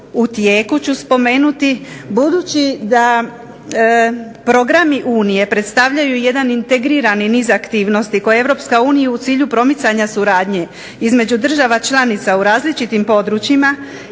u tijeku ću spomenuti. Budući da programi Unije predstavljaju jedan integrirani niz aktivnosti koje Europska unija u cilju promicanja suradnje, između država članica u različitim područjima